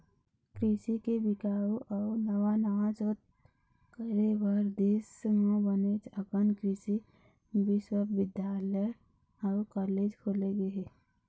कृषि के बिकास अउ नवा नवा सोध करे बर देश म बनेच अकन कृषि बिस्वबिद्यालय अउ कॉलेज खोले गे हे